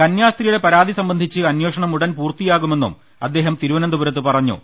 കന്യാ സ്ത്രീയുടെ പരാതി സംബന്ധിച്ച് അന്വേഷണം ഉടൻ പൂർത്തിയാകുമെന്നും അദ്ദേഹം തിരുവനന്തപുരത്ത് പറഞ്ഞു